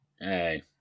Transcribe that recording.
Hey